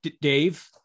Dave